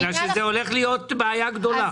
בגלל שזו הולכת להיות בעיה גדולה.